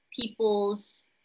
people's